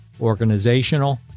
organizational